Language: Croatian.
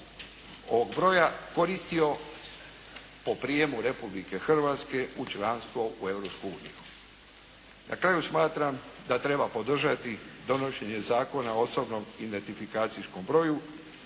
ovog broja koristio po prijemu Republike Hrvatske u članstvo u Europsku uniju. Na kraju smatram da treba podržati donošenje Zakona o osobnom identifikacijskom broju